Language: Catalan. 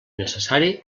necessari